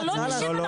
לא, לא נשב ונחשוב.